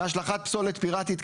מהשכלת פסולת פיראטית.